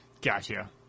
Gotcha